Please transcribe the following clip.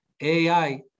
ai